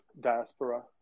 diaspora